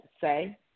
say